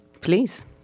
Please